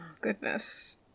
goodness